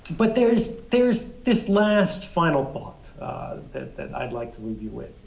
but there's there's this last final thought that that i'd like to leave you with,